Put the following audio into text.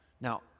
Now